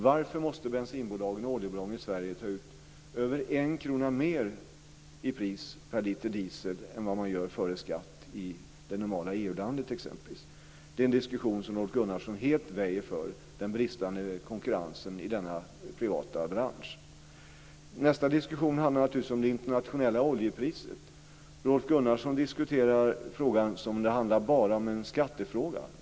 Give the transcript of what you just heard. Varför måste bensinbolagen och oljebolagen i Sverige ta ut över en krona mer i pris per liter diesel än vad man gör före skatt i exempelvis det normala EU-landet? Det är en diskussion som Rolf Gunnarsson helt väjer för; den bristande konkurrensen i denna privata bransch. Nästa diskussion handlar naturligtvis om det internationella oljepriset. Rolf Gunnarsson diskuterar detta som om det bara handlade om en skattefråga.